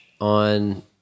on